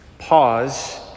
pause